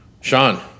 Sean